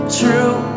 true